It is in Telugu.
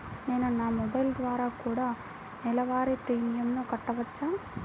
నేను నా మొబైల్ ద్వారా కూడ నెల వారి ప్రీమియంను కట్టావచ్చా?